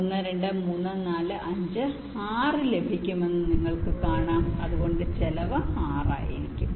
1 2 3 4 5 6 ലഭിക്കുമെന്ന് നിങ്ങൾ കാണും അതിനാൽ ചെലവ് 6 ആയിരിക്കും